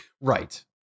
Right